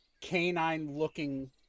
canine-looking